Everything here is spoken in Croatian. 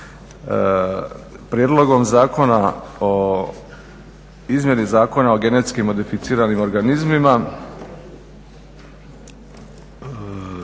Prijedlog zakona o izmjeni Zakona o genetski modificiranim organizmima